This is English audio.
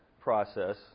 process